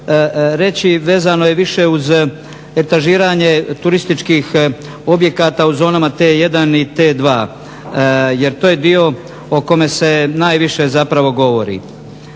reći vezano je više uz etažiranje turističkih objekata u zonama T1 i T2 jer to je dio o kome se najviše zapravo govori.